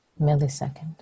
millisecond